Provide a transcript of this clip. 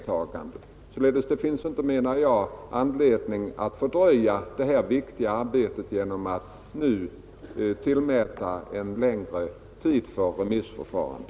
Det finns således inte, menar jag, anledning att fördröja detta viktiga arbete genom att nu utmäta en längre tid för remissförfarandet.